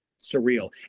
surreal